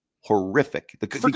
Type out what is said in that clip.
horrific